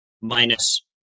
minus